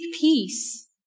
peace